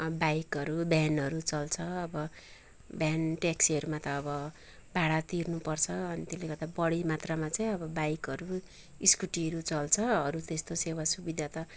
बाइकहरू भेनहरू चल्छ अब भेन टेक्सीहरूमा त अब भाडा तिर्नुपर्छ अनि त्यसले गर्दा बढी मात्रामा चाहिँ अब बाइकहरू स्कुटीहरू चल्छ अरू त्यस्तो सेवा सुविधा त